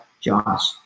Josh